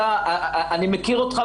אני מכיר אותך,